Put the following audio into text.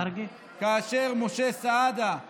כאשר משה סעדה,